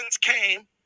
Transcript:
came